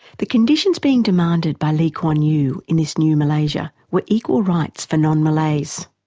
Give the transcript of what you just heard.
the conditions being demanded by lee kuan yew in this new malaysia were equal rights for non-malays.